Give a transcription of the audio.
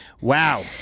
Wow